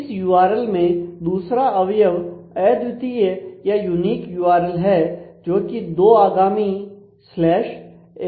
इस यूआरएल में दूसरा अवयव अद्वितीय या यूनिक होता है